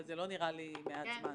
אבל זה לא נראה לי מעט זמן.